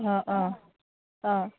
অঁ অঁ অঁ